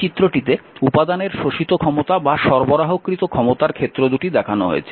এই চিত্রটিতে উপাদানের শোষিত ক্ষমতা ও সরবরাহকৃত ক্ষমতার ক্ষেত্র দুটি দেখানো হয়েছে